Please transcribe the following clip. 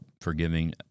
forgiving